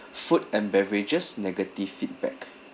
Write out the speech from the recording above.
food and beverages negative feedback